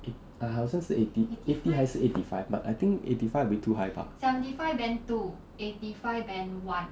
eight 好像是 eighty eighty 还是 eighty five but I think eighty five a bit too high bah